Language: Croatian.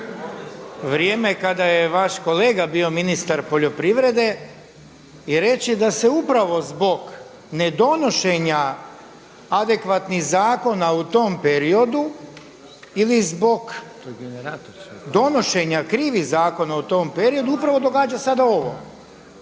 vrijeme kada je vaš kolega bio ministar poljoprivrede i reći da se upravo zbog ne donošenja adekvatnih zakona u tom periodu ili zbog donošenja krivih zakona u tom periodu upravo događa sada ovo.